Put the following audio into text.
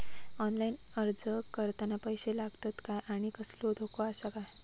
Online अर्ज करताना पैशे लागतत काय आनी कसलो धोको आसा काय?